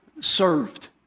served